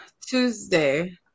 Tuesday